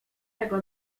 tego